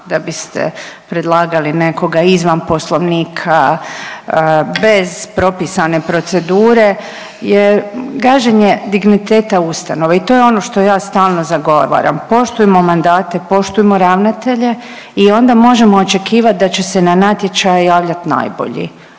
da biste predlagali nekog izvan poslovnika, bez propisane procedure je gaženje digniteta ustanove i to je ono što ja stalno zagovaram. Poštujmo mandate, poštujmo ravnatelje i onda možemo očekivat da će se na natječaj javljati najbolji.